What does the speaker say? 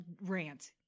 rant